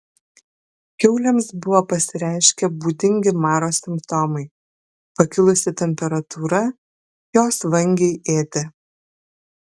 kiaulėms buvo pasireiškę būdingi maro simptomai pakilusi temperatūra jos vangiai ėdė